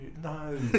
no